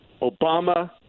Obama